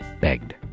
begged